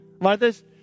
Marthas